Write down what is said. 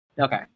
Okay